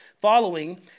following